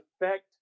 effect